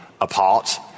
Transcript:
apart